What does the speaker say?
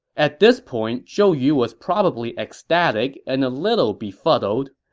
at this point, zhou yu was probably ecstatic and a little befuddled.